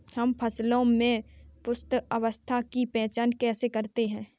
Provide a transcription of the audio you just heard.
हम फसलों में पुष्पन अवस्था की पहचान कैसे करते हैं?